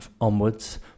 onwards